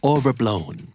Overblown